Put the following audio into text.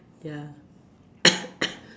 ya